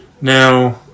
Now